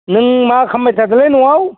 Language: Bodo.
नों मा खालामबाय थादोंलै न'आव